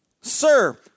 Sir